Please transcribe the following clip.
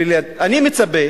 אני מצפה